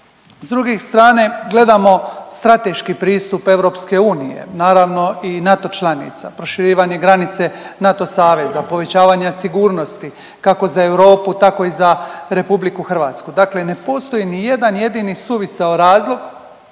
S druge strane gledamo strateški pristup EU, naravno i NATO članica, proširivanje granice NATO saveza, povećavanja sigurnosti kako za Europu tako i za RH. Dakle, ne postoji ni jedan jedini suvisao razlog